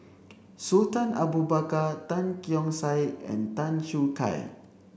Sultan Abu Bakar Tan Keong Saik and Tan Choo Kai